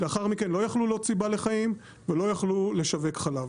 לאחר מכן לא יכלו להוציא בעלי חיים ולא יכלו לשווק חלב.